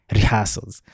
Rehearsals